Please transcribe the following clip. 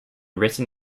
written